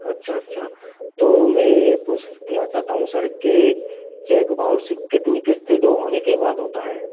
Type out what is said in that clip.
अच्छा अच्छा तो मैं ये पूछना चाहता हूँ सर के चेक बाउंस से कितनी किस्तें ड्यू होने के बाद होता है